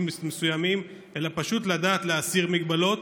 מסוימים אלא פשוט לדעת להסיר מגבלות,